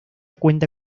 cuenta